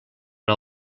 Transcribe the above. per